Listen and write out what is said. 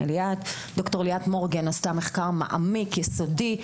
ד"ר ליאת מורגן עשתה מחקר מעמיק, יסודי.